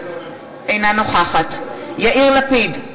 אינה נוכחת יאיר לפיד,